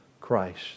Christ